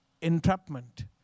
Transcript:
entrapment